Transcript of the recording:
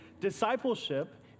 discipleship